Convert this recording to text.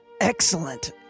Excellent